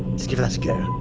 let's give that a